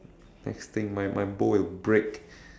next thing my my bow will break